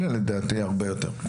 לדעתי הרבה יותר.